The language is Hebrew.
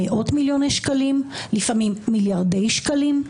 מאות מיליוני שקלים, לפעמים מיליארדי שקלים.